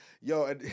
yo